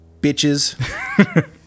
bitches